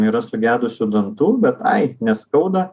yra sugedusių dantų bet ai neskauda